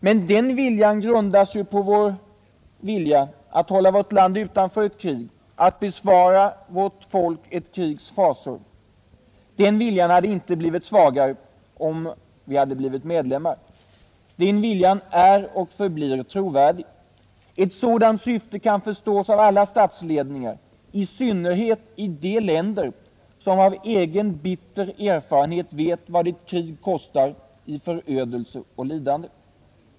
Men den viljan grundas på vår önskan att hålla vårt land utanför ett krig, att bespara vårt folk ett krigs fasor. Den viljan hade inte blivit svagare om vi blivit medlemmar. Den viljan är och förblir trovärdig. Ett sådant syfte kan förstås av alla statsledningar, i synnerhet i de länder som av egen bitter erfarenhet vet vad ett krig kostar i förödelse och lidande.